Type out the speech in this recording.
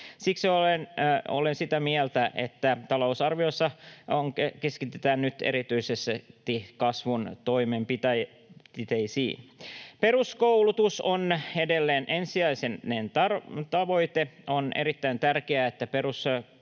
Siksi olen sitä mieltä, että talousarviossa keskitytään nyt erityisesti kasvun toimenpiteisiin. Peruskoulutus on edelleen ensisijainen tavoite. On erittäin tärkeää, että peruskoululle